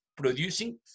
producing